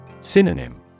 Synonym